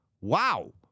wow